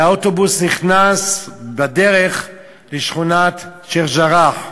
והאוטובוס נכנס בדרך לשכונת שיח'-ג'ראח,